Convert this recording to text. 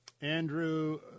Andrew